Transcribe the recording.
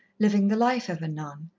living the life of a nun.